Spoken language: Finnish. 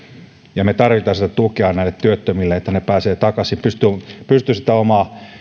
ja me tarvitsemme sitä tukea näille työttömille että he pääsevät takaisin pystyvät sitä omaa